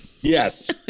yes